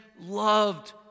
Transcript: loved